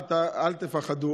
אל תפחדו.